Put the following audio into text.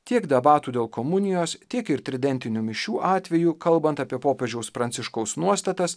tiek debatų dėl komunijos tiek ir tridentinių mišių atveju kalbant apie popiežiaus pranciškaus nuostatas